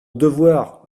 devoir